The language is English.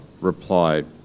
replied